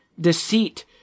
Deceit